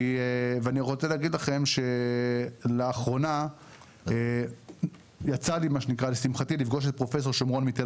אני רוצה להגיד לכם שלאחרונה יצא לי לשמחתי לפגוש את פרופ' שומרון מתל